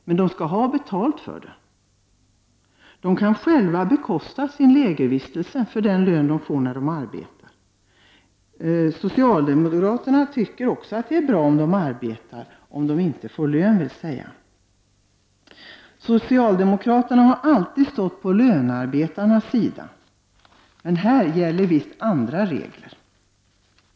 Men då skall de ha betalt, så att de själva kan bekosta sin lägervistelse med den lön som de får när de arbetar. Också socialdemokraterna tycker att det är bra att de asylsökande arbetar, dvs. om de inte får lön. Socialdemokraterna har alltid stått på lönearbetarnas sida, men här gäller visst andra regler.